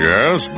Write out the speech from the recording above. Yes